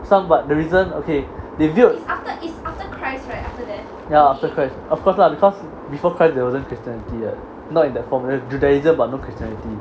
some but the reason okay they built ya after christ because of course lah because before christ there wasn't christianity [what] not in the form there's judaism but no christianity